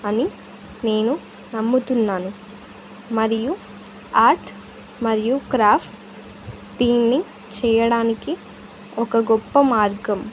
అని నేను నమ్ముతున్నాను మరియు ఆర్ట్ మరియు క్రాఫ్ట్ దీన్ని చేయడానికి ఒక గొప్ప మార్గం